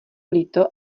líto